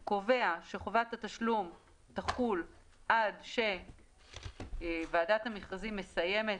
הוא קובע שחובת התשלום תחול עד שוועדת המכרזים מסיימת